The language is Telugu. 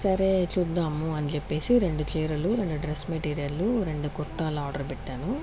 సరే చూద్దాము అని చెప్పేసి రెండు చీరలు రెండు డ్రెస్ మెటీరియల్లు రెండు కుర్తాలు ఆర్డర్ పెట్టాను